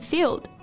Field